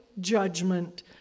judgment